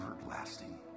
everlasting